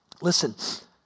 Listen